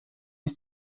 ist